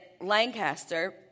Lancaster